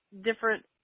different –